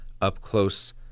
up-close